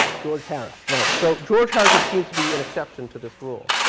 george harris. right. so george harris would seem to be an exception to this rule.